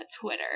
Twitter